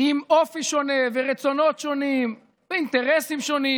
עם אופי שונה ורצונות שונים ואינטרסים שונים,